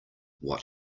what